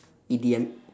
E_D_M